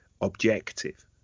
objective